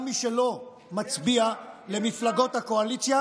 גם מי שלא מצביע למפלגות הקואליציה,